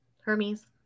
hermes